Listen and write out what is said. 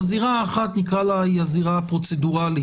הזירה האחת היא הזירה הפרוצדורלית,